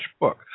book